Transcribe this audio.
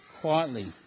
quietly